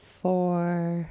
Four